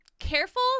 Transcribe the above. Careful